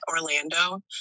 Orlando